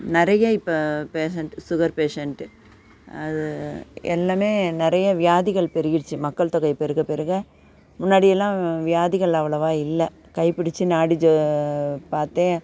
நிறைய இப்போ patient sugar patient அது எல்லாமே நிறைய வியாதிகள் பெருகிடுச்சு மக்கள் தொகை பெருக பெருக முன்னாடியெல்லாம் வியாதிகள் அவ்வளோவா இல்லை கை பிடித்து நாடி ஜ பார்த்தே